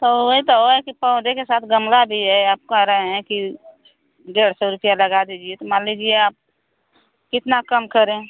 तो वही तो वही कि पौधे के साथ गमला भी है आप कह रहे हैं कि डेढ़ सौ रुपिया लगा दीजिए तो मान लीजिए आप कितना कम करें